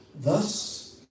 thus